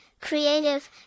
creative